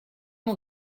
mon